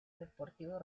deportivo